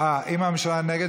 אם הממשלה נגד,